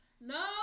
No